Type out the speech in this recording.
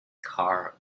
car